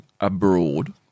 abroad